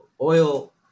Oil